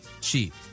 cheap